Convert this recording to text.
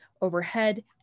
overhead